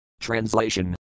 Translation